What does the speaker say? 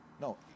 No